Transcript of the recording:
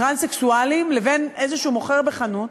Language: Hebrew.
טרנסקסואלים, לבין איזה מוכר בחנות.